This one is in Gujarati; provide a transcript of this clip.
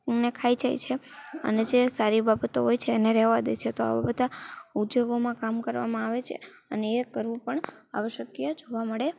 તે ખાય જાય છે અને જે સારી બાબતો હોય છે એને રહેવા દે છે તો આવા બધા ઉદ્યોગોમાં કામ કરવામાં આવે છે અને એ કરવું પણ આવશ્યક જોવા મળે છે